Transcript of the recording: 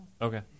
Okay